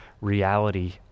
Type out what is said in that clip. reality